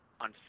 on